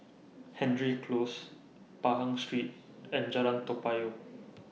Hendry Close Pahang Street and Jalan Toa Payoh